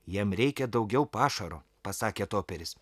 jam reikia daugiau pašaro pasakė toperis